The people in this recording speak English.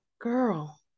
Girl